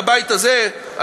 בבית הזה,